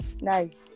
nice